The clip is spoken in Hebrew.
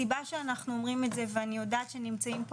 הסיבה שאנחנו אומרים את זה ואני יודעת שנמצאים פה